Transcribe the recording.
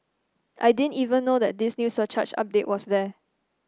I didn't even know that this new surcharge update was there